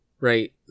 right